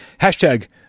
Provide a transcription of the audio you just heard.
Hashtag